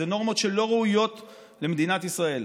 אלה נורמות שלא ראויות למדינת ישראל.